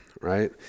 right